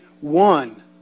one